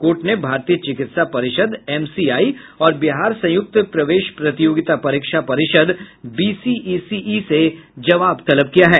court ने भारतीय चिकित्सा परिषद् एमसीआई और बिहार संयुक्त प्रवेश प्रतियोगिता परीक्षा परिषद् बीसीईसीई से जवाब तलब किया है